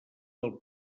del